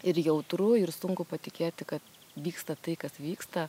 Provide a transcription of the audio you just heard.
ir jautru ir sunku patikėti kad vyksta tai kas vyksta